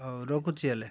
ହଉ ରଖୁଛି ହେଲେ